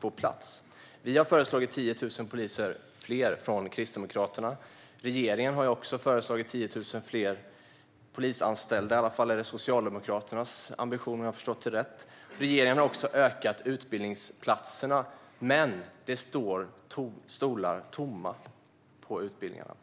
Kristdemokraterna har föreslagit 10 000 fler poliser. Regeringen har också föreslagit 10 000 fler polisanställda. I alla fall är det Socialdemokraternas ambition, om jag har förstått det rätt. Regeringen har också utökat antalet utbildningsplatser. Men stolar på utbildningarna